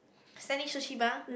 Standing Sushi Bar